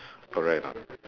correct or not